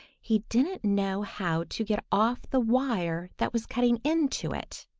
he didn't know how to get off the wire that was cutting into it